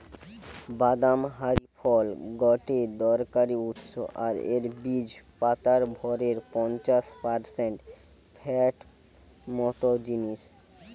বাদাম হারি ফল গটে দরকারি উৎস আর এর বীজ পাতার ভরের পঞ্চাশ পারসেন্ট ফ্যাট মত জিনিস